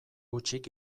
hutsik